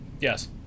Yes